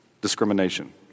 discrimination